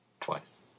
Twice